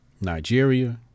Nigeria